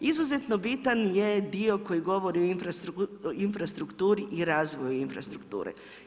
Izuzetno bitan je dio koji govori o infrastrukturi i razvoju infrastrukture.